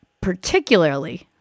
particularly